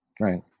Right